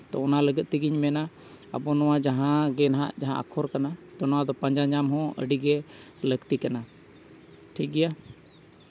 ᱛᱚ ᱚᱱᱟ ᱞᱟᱹᱜᱤᱫ ᱛᱮᱜᱤᱧ ᱢᱮᱱᱟ ᱟᱵᱚ ᱱᱚᱣᱟ ᱡᱟᱦᱟᱸ ᱜᱮ ᱱᱟᱦᱟᱜ ᱡᱟᱦᱟᱸ ᱟᱠᱷᱚᱨ ᱠᱟᱱᱟ ᱚᱱᱟ ᱫᱚ ᱯᱟᱸᱡᱟ ᱧᱟᱢ ᱦᱚᱸ ᱟᱹᱰᱤ ᱜᱮ ᱞᱟᱹᱠᱛᱤ ᱠᱟᱱᱟ ᱴᱷᱤᱠᱜᱮᱭᱟ